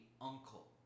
uncle